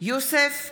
יוסף ג'בארין,